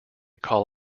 call